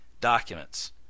documents